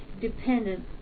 dependent